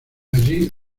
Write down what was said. allí